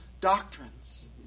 doctrines